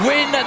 Win